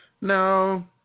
No